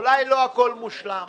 אולי לא הכול מושלם,